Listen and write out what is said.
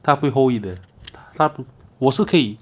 他不可以 hold it 的他我是可以